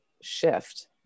shift